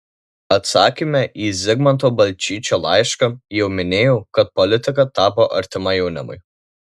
atsakyme į zigmanto balčyčio laišką jau minėjau kad politika tapo artima jaunimui